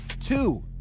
two